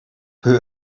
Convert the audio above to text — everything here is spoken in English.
put